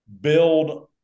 build